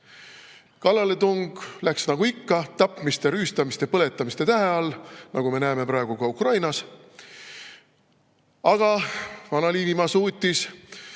Kallaletung läks nagu ikka tapmiste, rüüstamiste, põletamiste tähe all, nagu me näeme praegu ka Ukrainas. Aga Vana-Liivimaa suutis